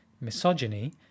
misogyny